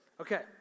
Okay